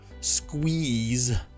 squeeze